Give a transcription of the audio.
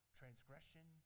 transgression